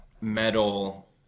metal